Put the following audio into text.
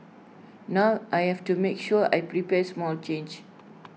now I have to make sure I prepare small change